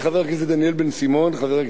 חבר הכנסת אדרי והשר כחלון,